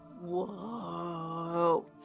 whoa